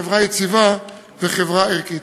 חברה יציבה וחברה ערכית.